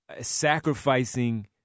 sacrificing